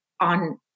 on